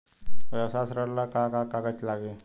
व्यवसाय ऋण ला का का कागज लागी?